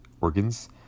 organs